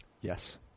Yes